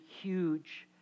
huge